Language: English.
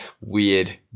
weird